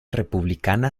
republicana